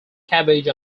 cabbage